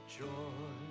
joy